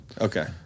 Okay